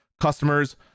customers